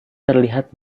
terlihat